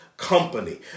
company